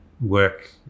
work